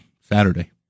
saturday